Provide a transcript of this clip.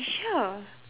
sure